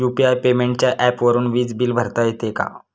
UPI पेमेंटच्या ऍपवरुन वीज बिल भरता येते का?